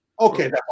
Okay